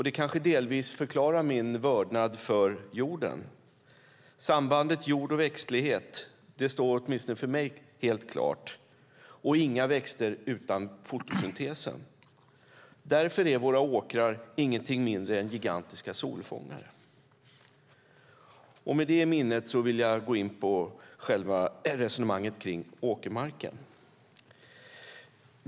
Det kanske delvis förklarar min vördnad för jorden. Sambandet mellan jord och växtlighet står åtminstone för mig helt klart. Och det blir inga växter utan fotosyntesen. Därför är våra åkrar ingenting mindre än gigantiska solfångare. Med detta i minnet vill jag gå in i resonemanget om själva åkermarken.